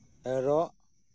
ᱮᱨᱚᱜ